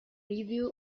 review